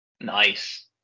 Nice